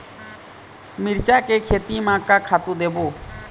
मिरचा के खेती म का खातू देबो?